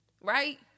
Right